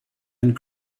and